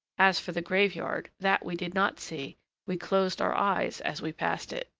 as for the grave-yard, that we did not see we closed our eyes as we passed it.